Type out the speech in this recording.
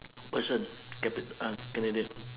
person uh candidate